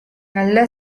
நல்ல